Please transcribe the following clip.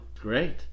Great